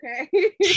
okay